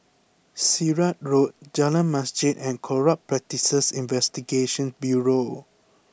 Sirat Road Jalan Masjid and Corrupt Practices Investigation Bureau